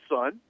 son